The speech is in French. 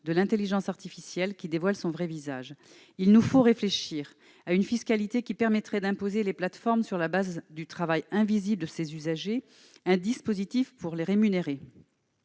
de l'intelligence artificielle, qui dévoile ainsi son vrai visage. Il nous faut donc réfléchir à une fiscalité qui permettrait d'imposer les plateformes sur le fondement du travail invisible de ces usagers, et à un dispositif pour rémunérer